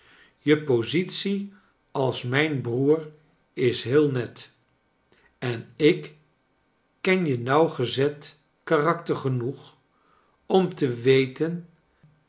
je positie als mijn broer is heel net en ik ken je nauwgezet karakter genoeg om te weten